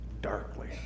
darkly